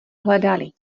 hledali